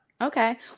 Okay